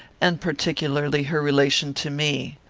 and particularly her relation to me.